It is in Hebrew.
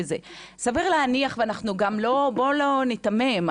אבל סביר להניח וגם בואו לא ניתמם,